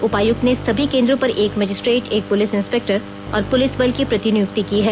उपायुक्त ने सभी केंद्रों पर एक मजिस्ट्रेट एक पुलिस इंस्पेक्टर और पुलिस बल की प्रतिनियुक्ति की है